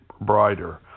brighter